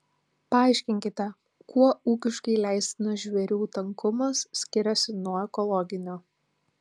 paaiškinkite kuo ūkiškai leistinas žvėrių tankumas skiriasi nuo ekologinio